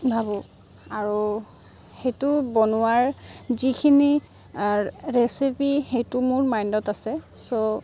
ভাবোঁ আৰু সেইটো বনোৱাৰ যিখিনি ৰেচিপি সেইটো মোৰ মাইণ্ডত আছে ছ'